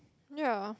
ya